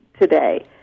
today